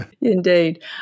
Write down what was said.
Indeed